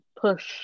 push